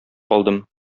калдым